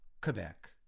Quebec